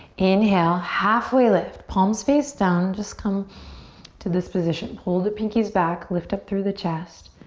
inhale, halfway lift. palms face down. just come to this position. pull the pinkies back. lift up through the chest.